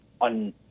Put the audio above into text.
on